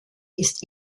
ist